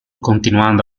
continuando